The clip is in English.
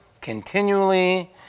continually